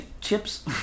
Chips